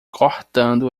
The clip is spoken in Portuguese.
cortando